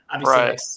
Right